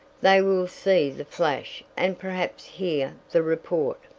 they will see the flash and perhaps hear the report,